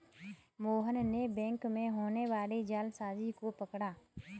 मोहन ने बैंक में होने वाली जालसाजी को पकड़ा